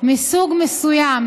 מסוג מסוים.